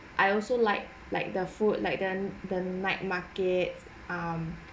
I also like like the food like then the night markets um